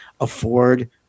afford